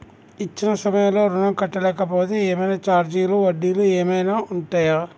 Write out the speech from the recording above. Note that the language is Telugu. ఇచ్చిన సమయంలో ఋణం కట్టలేకపోతే ఏమైనా ఛార్జీలు వడ్డీలు ఏమైనా ఉంటయా?